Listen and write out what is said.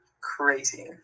crazy